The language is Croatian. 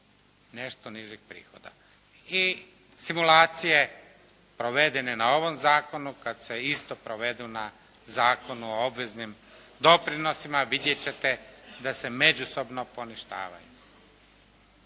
nešto nižih prihoda. I simulacije provedene na ovom zakonu kad se isto provedu na Zakonu o obveznim doprinosima vidjet ćete da se međusobno poništavaju.